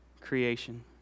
creation